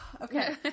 Okay